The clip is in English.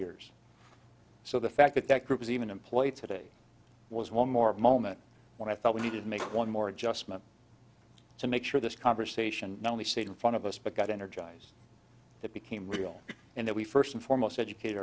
years so the fact that that group is even employed today was one more moment when i thought we needed to make one more adjustment to make sure this conversation not only stayed in front of us but got energize that became real and that we first and foremost educate